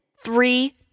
Three